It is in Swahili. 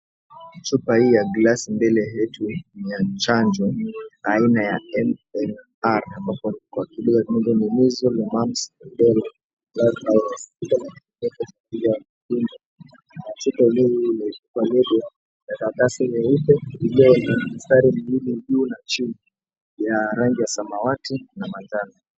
Chupa hii ya glasi mbele yetu ni ya chanjo aina ya MMR ambapo kwa lugha ya kimombo ni Measles Mumps Rubela virus [haikusikika]. Chupa hii imeekwa lebo ya karatasi nyeupe iliyo na mistari miwili juu na chini ya rangi ya samawati na rangi ya manjano.